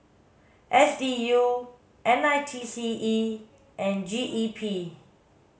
S D U N I T E C and G E P